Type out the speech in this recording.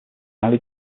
highly